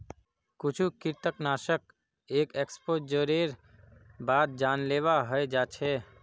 कुछु कृंतकनाशक एक एक्सपोजरेर बाद जानलेवा हय जा छ